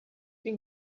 been